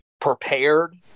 prepared